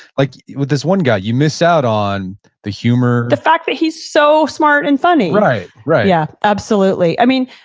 like with this one guy, you miss out on the humor the fact that he's so smart and funny right, right yeah, absolutely. i mean,